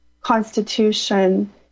Constitution